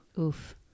Oof